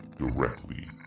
directly